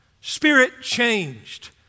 spirit-changed